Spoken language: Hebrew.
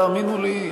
תאמינו לי,